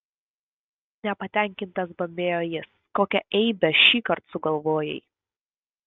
nepatenkintas bambėjo jis kokią eibę šįkart sugalvojai